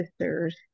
sisters